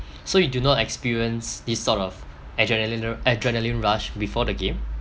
so you do not experience this sort of adrenaline adrenaline rush before the game